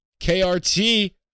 KRT